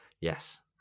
Yes